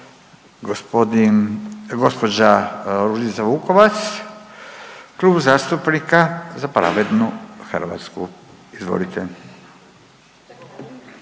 Gospodin, gđa. Ružica Vukovac, klub zastupnika Za pravednu Hrvatsku, izvolite.